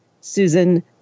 Susan